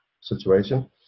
situation